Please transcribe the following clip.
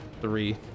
three